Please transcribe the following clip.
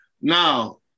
Now